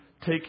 take